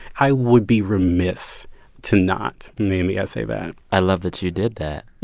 i would be remiss to not name the essay that i love that you did that.